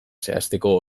zehazteko